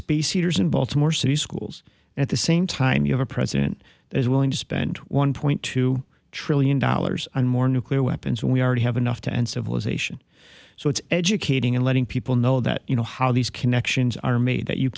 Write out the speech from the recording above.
species in baltimore city schools at the same time you have a president that is willing to spend one point two trillion dollars on more nuclear weapons when we already have enough to end civilization so it's educating and letting people know that you know how these connections are made that you